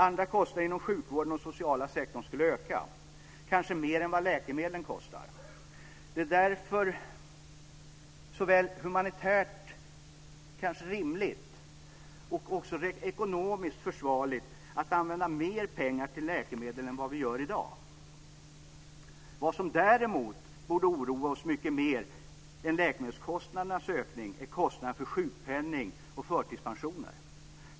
Andra kostnader inom sjukvården och den sociala sektorn skulle öka, kanske mer än vad läkemedlen kostar. Det kan därför vara såväl humanitärt rimligt som ekonomiskt försvarligt att använda mera pengar till läkemedel än av vi gör i dag. Vad som däremot borde oroa oss mycket mer än läkemedelskostnadernas ökning är de ökade kostnaderna för sjukpenning och förtidspensioner.